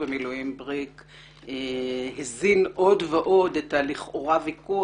במילואים בריק הזין עוד ועוד את הוויכוח,